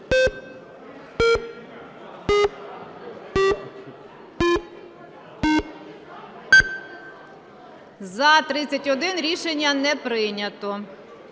За-31 Рішення не прийнято.